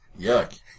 Yuck